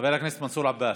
חבר הכנסת מנסור עבאס,